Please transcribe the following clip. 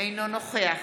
אינו נוכח